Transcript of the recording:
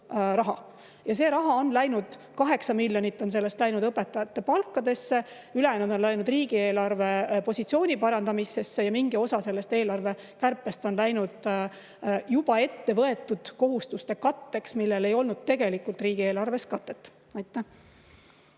jagu raha. Kaheksa miljonit sellest on läinud õpetajate palkadesse, ülejäänu on läinud riigieelarve positsiooni parandamisse ja mingi osa sellest eelarvekärpest on läinud juba varem võetud kohustuste katteks, millel ei olnud tegelikult enne riigieelarves katet. Aitäh!